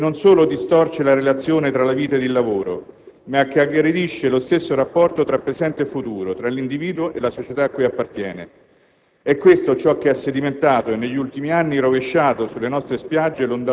Una destrutturazione che non solo attraversa e manomette gli equilibri economici, che non solo distorce la relazione tra la vita ed il lavoro, ma che aggredisce lo stesso rapporto tra presente e futuro, tra l'individuo e la società a cui appartiene.